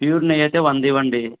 pure నెయ్యి అయితే ఒక వంది ఇవ్వండి